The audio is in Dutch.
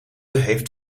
heeft